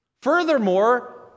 Furthermore